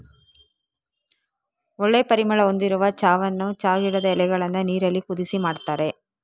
ಒಳ್ಳೆ ಪರಿಮಳ ಹೊಂದಿರುವ ಚಾವನ್ನ ಚಾ ಗಿಡದ ಎಲೆಗಳನ್ನ ನೀರಿನಲ್ಲಿ ಕುದಿಸಿ ಮಾಡ್ತಾರೆ